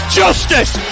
justice